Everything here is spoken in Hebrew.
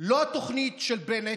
לא התוכנית של בנט,